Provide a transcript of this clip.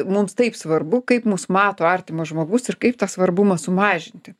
mums taip svarbu kaip mus mato artimas žmogus ir kaip tą svarbumą sumažinti